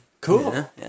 Cool